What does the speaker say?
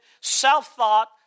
self-thought